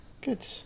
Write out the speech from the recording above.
Good